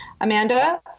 Amanda